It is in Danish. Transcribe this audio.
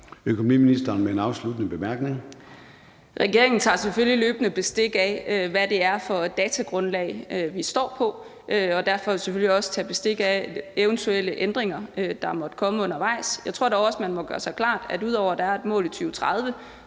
Økonomiministeren (Stephanie Lose): Regeringen tager selvfølgelig løbende bestik af, hvad det er for et datagrundlag, vi står på, og derfor vil vi selvfølgelig også tage bestik af eventuelle ændringer, der måtte komme undervejs. Jeg tror dog også, man må gøre sig klart, at ud over der er et mål i 2030,